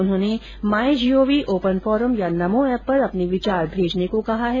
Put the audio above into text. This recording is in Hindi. उन्होंने माई जीओवी ओपन फोरम या नमो एप पर अपने विचार भेजने को कहा है